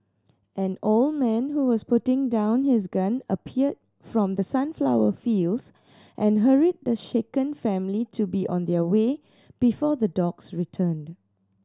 an old man who was putting down his gun appeared from the sunflower fields and hurried the shaken family to be on their way before the dogs return